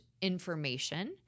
information